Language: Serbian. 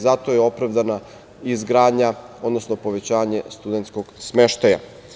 Zato je opravdana izgradnja, odnosno povećanje studentskog smeštaja.